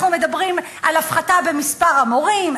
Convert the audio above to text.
אנחנו מדברים על הפחתה במספר המורים,